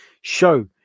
show